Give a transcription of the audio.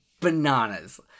bananas